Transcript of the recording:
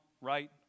right